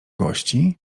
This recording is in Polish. gości